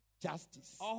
justice